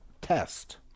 test